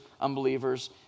unbelievers